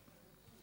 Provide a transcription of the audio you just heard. ביישובים.